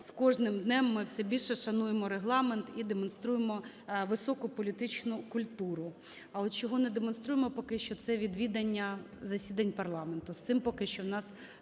з кожним днем ми все більше шануємо Регламент і демонструємо високу політичну культуру. А от чого не демонструємо поки що – це відвідання засідань парламенту, з цим поки що у нас